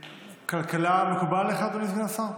כלכלה מקובל עליך, אדוני סגן השר?